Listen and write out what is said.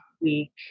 week